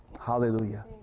Hallelujah